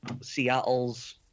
Seattle's